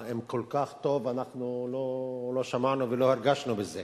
אם כל כך טוב, אנחנו לא שמענו ולא הרגשנו בזה.